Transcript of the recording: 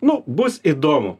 nu bus įdomu